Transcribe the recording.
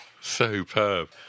Superb